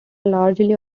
largely